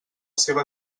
seva